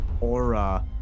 aura